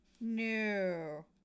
No